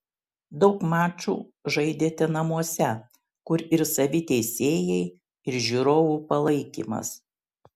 daug mačų žaidėte namuose kur ir savi teisėjai ir žiūrovų palaikymas